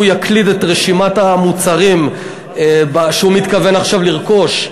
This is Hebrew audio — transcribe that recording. הוא יקליד את רשימת המוצרים שהוא מתכוון עכשיו לרכוש,